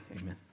amen